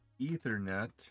Ethernet